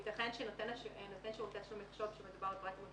יתכן שנותן שירותים יחשוב שמדובר בפרט אימות